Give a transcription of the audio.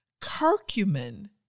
Curcumin